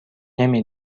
نمی